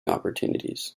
opportunities